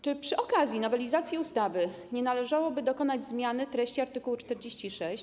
Czy przy okazji nowelizacji ustawy nie należałoby dokonać zmiany treści art. 46?